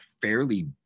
fairly